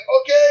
okay